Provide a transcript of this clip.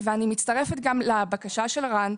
אני מצטרפת גם לבקשה של רן.